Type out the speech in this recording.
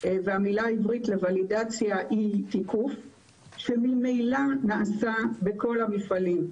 והמילה העברית לוולידציה היא תיקוף שממילא נעשה בכל המפעלים.